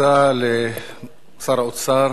תודה לשר האוצר,